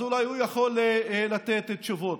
אולי הוא יכול לתת תשובות.